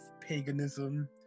paganism